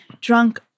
drunk